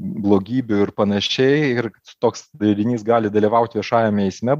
blogybių ir panašiai ir toks derinys gali dalyvauti viešajame eisme